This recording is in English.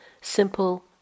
simple